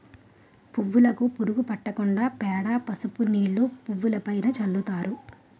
పువ్వులుకు పురుగు పట్టకుండా పేడ, పసుపు నీళ్లు పువ్వులుపైన చల్లుతారు